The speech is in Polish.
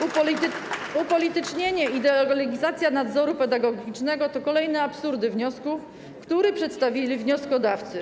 Upolitycznienie i demoralizacja nadzoru pedagogicznego to kolejne absurdy wniosku, który przedstawili wnioskodawcy.